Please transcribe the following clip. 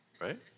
right